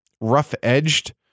rough-edged